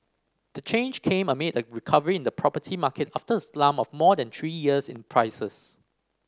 the change came amid a recovery in the property market after a slump of more than three years in prices